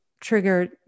trigger